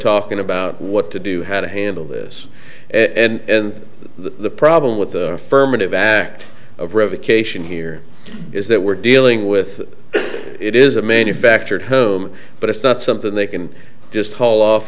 talking about what to do how to handle this and the problem with affirmative act of revocation here is that we're dealing with it is a manufactured home but it's not something they can just h